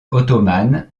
ottomane